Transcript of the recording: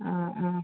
അ അ